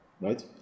right